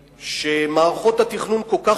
שמערכות התכנון כל כך